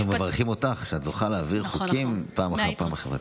אנחנו מברכים אותך שאת זוכה להעביר חוקים חברתיים פעם אחר פעם.